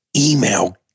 email